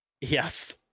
Yes